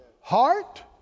heart